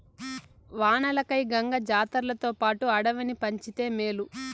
వానలకై గంగ జాతర్లతోపాటు అడవిని పంచితే మేలు